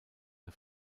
der